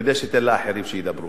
כדאי שייתן לאחרים שידברו.